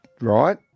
Right